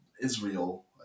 Israel